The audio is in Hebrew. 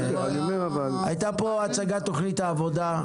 הייתה פה הצגת תכנית העבודה.